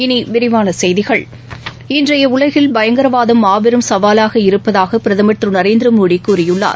இனி விரிவான செய்திகள் இன்றைய உலகில் பயங்கரவாதம் மாபெரும் சவாலாக இருப்பதாக பிரதமர் திரு நரேந்திர மோடி கூறியுள்ளார்